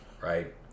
right